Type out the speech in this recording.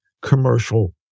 commercial